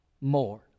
more